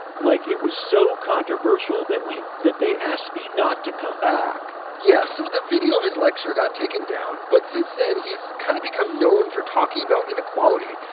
like, it was so controversial that we that they asked me not to come back yeah. so the video of his lecture got taken down. but since then, he's kind of become known for talking about inequality,